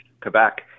Quebec